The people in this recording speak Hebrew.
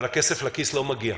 אבל הכסף לא מגיע.